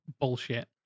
bullshit